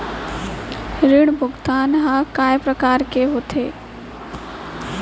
ऋण भुगतान ह कय प्रकार के होथे?